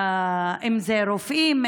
אם זה רופאים,